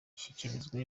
ishyikirizwa